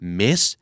miss